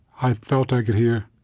i felt i could hear